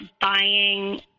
buying